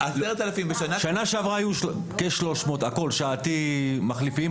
שנה שעברה היו כ-300,000, הכול, שעתי, מחליפים.